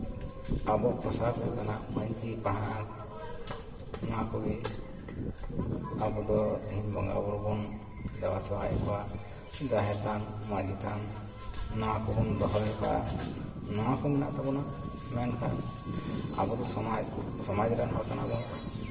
ᱟᱵᱚᱣᱟᱜ ᱯᱳᱥᱟᱠ ᱦᱩᱭᱩᱜ ᱠᱟᱱᱟ ᱯᱟᱹᱧᱪᱤ ᱯᱟᱲᱦᱟᱴ ᱚᱱᱟ ᱠᱚᱜᱮ ᱟᱵᱚ ᱫᱚ ᱛᱮᱦᱤᱧ ᱵᱚᱸᱜᱟᱼᱵᱳᱨᱳ ᱵᱚᱱ ᱫᱮᱵᱟ ᱥᱮᱣᱟᱭᱮᱫ ᱠᱚᱣᱟ ᱡᱟᱦᱮᱨ ᱛᱷᱟᱱ ᱢᱟᱹᱡᱷᱤ ᱛᱷᱟᱱ ᱱᱚᱣᱟ ᱠᱚᱵᱚᱱ ᱫᱚᱦᱚ ᱠᱟᱜᱼᱟ ᱱᱚᱣᱟ ᱠᱚ ᱢᱮᱱᱟᱜ ᱛᱟᱵᱚᱱᱟ ᱢᱮᱱᱠᱷᱟᱱ ᱟᱵᱚ ᱫᱚ ᱥᱚᱢᱟᱡᱽ ᱥᱚᱢᱟᱡᱽ ᱨᱮᱱ ᱦᱚᱲ ᱠᱟᱱᱟ ᱵᱚᱱ